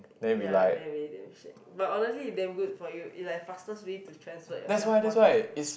ya really damn shag but honestly it's damn good for you it's like fastest way to transfer yourself one place to another